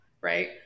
right